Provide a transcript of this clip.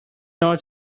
not